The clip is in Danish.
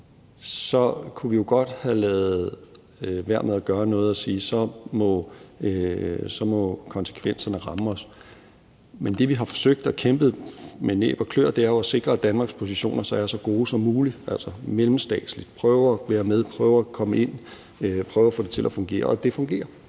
kunne vi jo godt have ladet være med at gøre noget og sige: Så må konsekvenserne ramme os. Men det, vi har forsøgt, og som vi har kæmpet for med næb og klør, er jo at sikre, at Danmarks positioner så er så gode som muligt, altså mellemstatsligt – prøve at være med, prøve at komme ind, prøve at få det til at fungere. Og det fungerer.